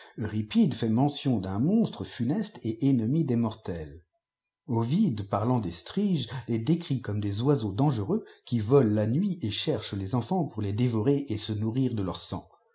eurépide fait mention d'un monstre tdneste et ennemi des mortels ovide parbat des striges les décrit comme des eiseaak dangereux qui volent la nuit et cherchent les'enfants pour les dévorer et se nourrir de leur sang